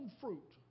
fruit